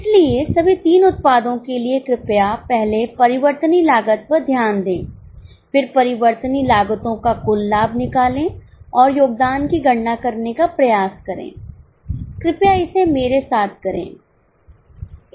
इसलिए सभी तीन उत्पादों के लिए कृपया पहले परिवर्तनीय लागत पर ध्यान दें फिर परिवर्तनीय लागतों का कुल लाभ निकालें और योगदान की गणना करने का प्रयास करें कृपया इसे मेरे साथ करें